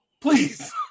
please